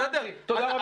טוב, תודה.